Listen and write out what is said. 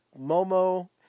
Momo